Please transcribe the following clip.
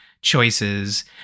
choices